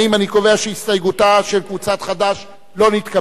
אני קובע שהסתייגותה של קבוצת חד"ש לא נתקבלה.